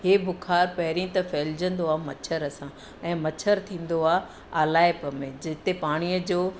इहो बुखारु पहिरीं फहिलजंदो आहे मछर सां ऐं मछर थींदो आहे आलाइप में जिते पाणीअ जो